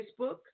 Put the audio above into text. Facebook